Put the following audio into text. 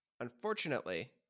Unfortunately